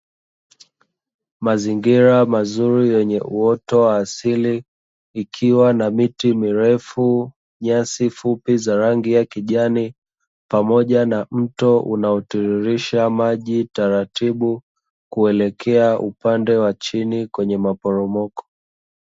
Mazingira mazuri yenye uoto wa asili ikiwa na miti mirefu, nyasi fupi za rangi ya kijani pamoja na mto unaotiririsha maji taratibu kuelekea upande wa chini kwenye maporomoko.